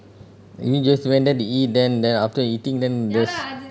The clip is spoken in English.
you mean you just went there to eat then then after you eating then just